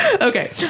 Okay